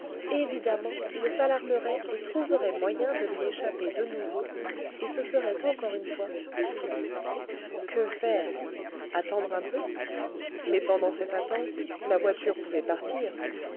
évidemment il s'alarmerait et trouverait moyen de lui échapper de nouveau et ce serait encore une fois fini que faire attendre un peu mais pendant cette attente la voiture pouvait partir